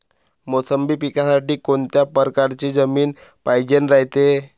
मोसंबी पिकासाठी कोनत्या परकारची जमीन पायजेन रायते?